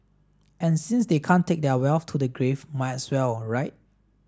and since they can't take their wealth to the grave might as well right